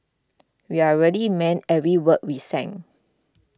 we're really meant every word we sang